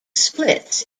splits